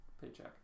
Paycheck